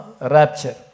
rapture